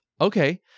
Okay